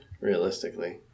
Realistically